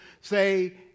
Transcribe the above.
say